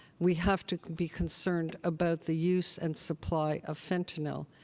we have to be concerned about the use and supply of fentanyl.